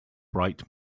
bright